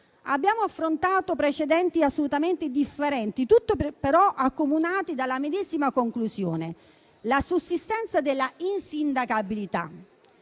Abbiamo affrontato precedenti assolutamente differenti, tutti però accomunati dalla medesima conclusione: la sussistenza della insindacabilità.